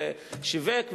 ושיווק,